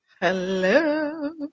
hello